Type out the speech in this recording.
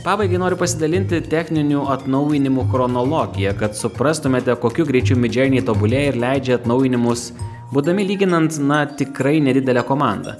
pabaigai noriu pasidalinti techninių atnaujinimų chronologija kad suprastumėte kokiu greičiu midjourney tobulėja ir leidžia atnaujinimus būdami lyginant na tikrai nedidele komanda